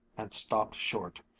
and stopped short,